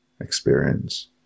experience